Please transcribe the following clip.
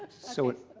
so if.